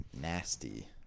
nasty